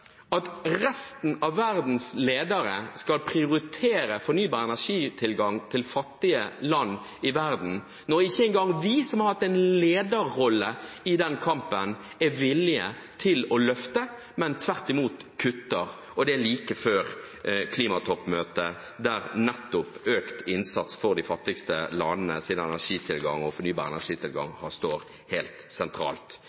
at resten av verdens ledere skal prioritere tilgang til fornybar energi til fattige land i verden, når ikke engang vi, som har hatt en lederrolle i den kampen, er villige til å løfte, men tvert imot kutter – og det like før klimatoppmøtet, der nettopp økt innsats for de fattigste landenes energitilgang og fornybar energitilgang står helt sentralt?